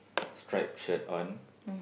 striped shirt on